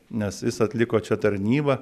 nes jis atliko čia tarnybą